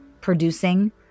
producing